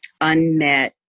unmet